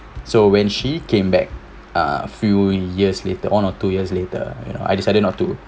so when she came back ah few years later one or two years later you know I decided not to